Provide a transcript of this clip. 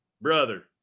brother